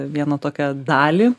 vieną tokią dalį